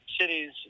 cities